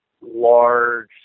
large